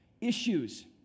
issues